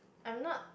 I'm not